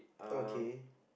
okay